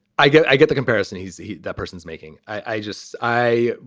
i get i get the comparison. he's that person is making. i just i,